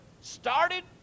started